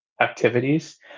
activities